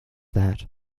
that